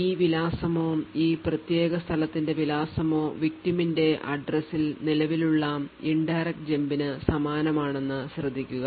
ഈ വിലാസമോ ഈ പ്രത്യേക സ്ഥലത്തിന്റെ വിലാസമോ victim ന്റെ address ൽ നിലവിലുള്ള indirect jump നു സമാനമാണെന്ന് ശ്രദ്ധിക്കുക